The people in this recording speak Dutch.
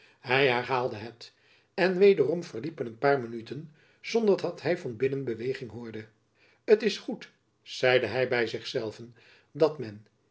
hy herhaalde het en wederom verliepen een paar minuten zonder dat hy van binnen beweging hoorde t is goed zeide hy by zich zelven dat men